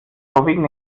vorwiegend